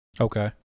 Okay